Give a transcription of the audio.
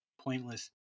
pointless